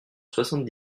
soixante